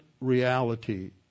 reality